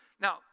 Now